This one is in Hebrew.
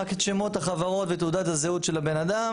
רק את שמות החברות ותעודת הזהות של הבן אדם